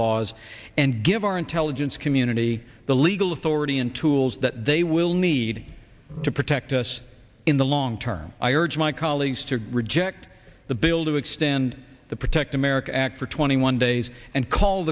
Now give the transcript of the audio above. laws and give our intelligence community the legal authority and tools that they will need to protect us in the long term i urge my colleagues to reject the building extend the protect america act for twenty one days and call